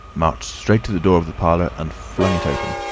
marched straight to the door of the parlour and flung it open.